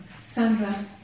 Sandra